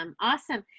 Awesome